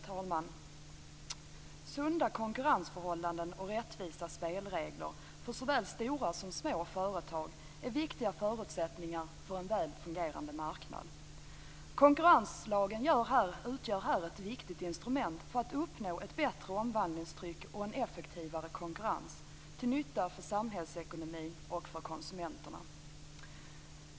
Herr talman! Sunda konkurrensförhållanden och rättvisa spelregler för såväl stora som små företag är viktiga förutsättningar för en väl fungerande marknad. Konkurrenslagen utgör ett viktigt instrument för att uppnå ett bättre omvandlingstryck och en effektivare konkurrens till nytta för samhällsekonomin och för konsumenterna.